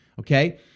Okay